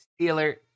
Steeler